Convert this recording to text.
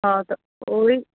हँ तऽ ओहि